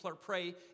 pray